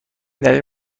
دلیل